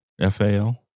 F-A-L